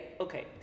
okay